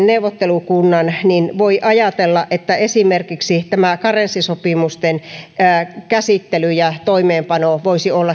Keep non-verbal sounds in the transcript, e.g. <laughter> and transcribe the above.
<unintelligible> neuvottelukunnan niin voi ajatella että esimerkiksi karenssisopimusten käsittely ja toimeenpano voisi olla